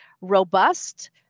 robust